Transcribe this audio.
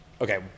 okay